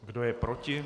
Kdo je proti?